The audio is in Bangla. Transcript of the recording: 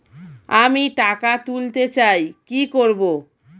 আমি টাকা তুলতে চাই কি করব?